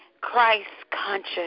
Christ-conscious